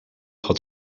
had